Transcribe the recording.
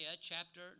chapter